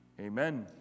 Amen